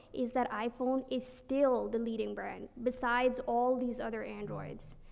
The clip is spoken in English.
is that iphone is still the leading brand, besides all these other androids.